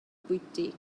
bwyty